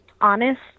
honest